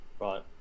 Right